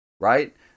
right